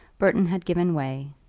burton had given way,